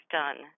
done